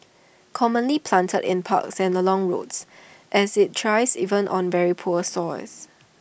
commonly planted in parks and along roads as IT thrives even on very poor soils